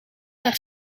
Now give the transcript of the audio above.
haar